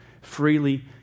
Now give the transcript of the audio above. freely